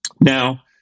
Now